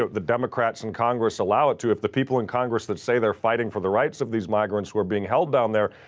the democrats and congress allow it to. if the people in congress that say they're fighting for the rights of these migrants who are being held down there,